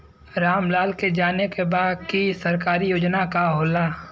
राम लाल के जाने के बा की सरकारी योजना का होला?